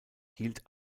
hielt